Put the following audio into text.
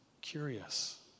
curious